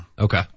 Okay